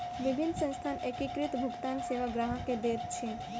विभिन्न संस्थान एकीकृत भुगतान सेवा ग्राहक के दैत अछि